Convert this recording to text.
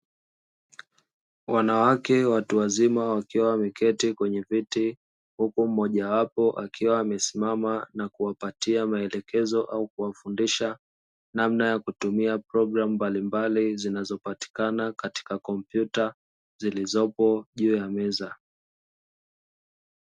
Wanawake watu wazima wakiwa wameketi kwenye viti, huku mmoja wapo akiwa amesimama na kuwafundisha, namna ya kutumia programu mbalimbali katika kompyuta zilizopo juu ya meza.